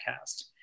cast